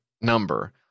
number